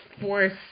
force